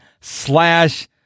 slash